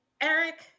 Eric